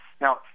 Now